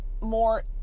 More